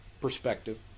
perspective